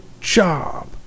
job